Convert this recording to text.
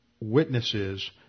witnesses